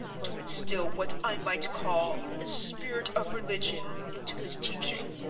to instil what i might call a spirit of religion into his teaching.